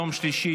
יום שלישי,